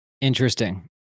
Interesting